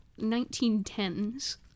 1910s